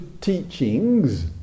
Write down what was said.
teachings